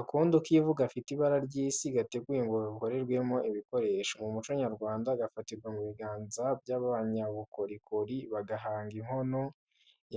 Akondo k’ivu gafite ibara ry’isi gateguwe ngo gakorwemo ibikoresho. Mu muco nyarwanda, gafatirwa mu biganza by’abanyabukorikori bagahanga inkono,